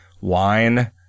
wine